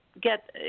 get